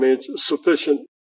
sufficient